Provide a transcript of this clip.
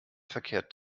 verkehrt